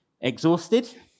exhausted